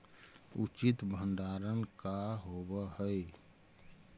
उचित भंडारण का होव हइ?